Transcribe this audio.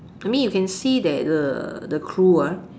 I mean you can see that the the crew ah